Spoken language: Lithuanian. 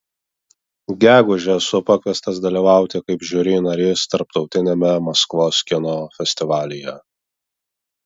gegužę esu pakviestas dalyvauti kaip žiuri narys tarptautiniame maskvos kino festivalyje